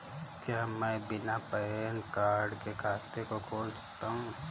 क्या मैं बिना पैन कार्ड के खाते को खोल सकता हूँ?